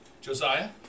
Josiah